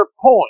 point